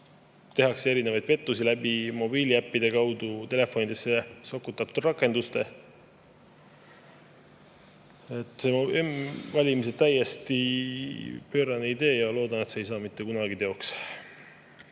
tehakse erinevaid pettusi mobiiliäppide kaudu telefonidesse sokutatud rakenduste abil. M‑valimised on täiesti pöörane idee ja loodan, et see ei saa mitte kunagi teoks.